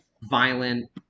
violent